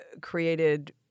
created